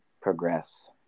progress